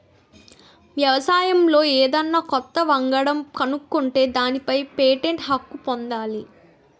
వ్యవసాయంలో ఏదన్నా కొత్త వంగడం కనుక్కుంటే దానిపై పేటెంట్ హక్కు పొందాలి